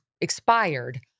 expired